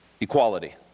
equality